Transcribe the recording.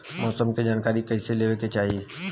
मौसम के जानकारी कईसे लेवे के चाही?